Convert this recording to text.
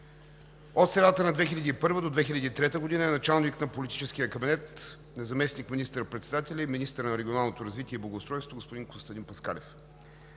От средата на 2001 г. до 2003 г. е началник на Политическия кабинет на заместник министър-председателя и министър на регионалното развитие и благоустройството господин Костадин Паскалев.